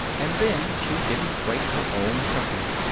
and then she didn't break her own precedent.